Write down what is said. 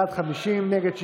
בעד 48, נגד, 60,